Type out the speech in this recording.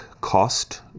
cost